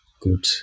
good